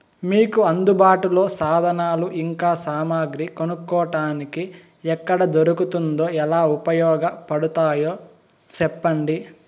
మీకు అందుబాటులో సాధనాలు ఇంకా సామగ్రి కొనుక్కోటానికి ఎక్కడ దొరుకుతుందో ఎలా ఉపయోగపడుతాయో సెప్పండి?